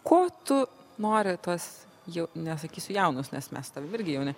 ko tu nori tuos jau nesakysiu jaunus nes me su irgi jauni